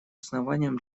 основанием